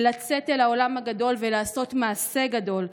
לצאת אל העולם הגדול ולעשות מעשה גדול.